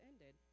ended